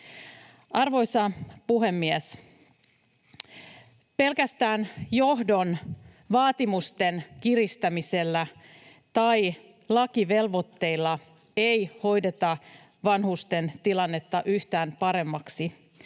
Arvoisa puhemies! Pelkästään johdon vaatimusten kiristämisellä tai lakivelvoitteilla ei hoideta vanhusten tilannetta yhtään paremmaksi.